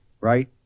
right